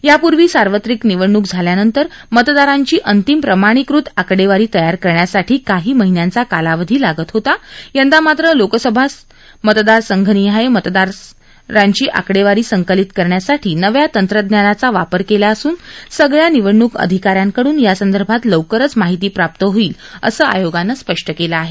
यापूर्वी सार्वत्रिक निवडणूक झाल्यानंतर मतदारांची अंतिम प्रमाणीकृत आकडेवारी तयार करण्यासाठी काही महिन्यांचा कालावधी लागत होता यंदा मात्र लोकसभा मतदारसंघनिहाय मतदारांची आकडेवारी संकलित करण्यासाठी नव्या तंत्रज्ञानाचा वापर केला असून सगळ्या निवडणूक अधिकाऱ्यांकडून यासंदर्भात लवकरच माहिती प्राप्त होईल असं आयोगानं स्पष्ट केलं आहे